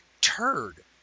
turd